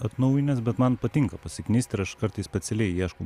atnaujinęs bet man patinka pasiknist ir aš kartais specialiai ieškau